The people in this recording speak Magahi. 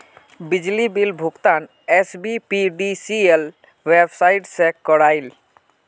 बिजली बिल भुगतान एसबीपीडीसीएल वेबसाइट से क्रॉइल